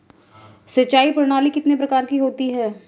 सिंचाई प्रणाली कितने प्रकार की होती है?